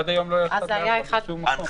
עד היום לא היה 4:1 בשום מקום.